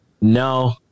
No